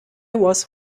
was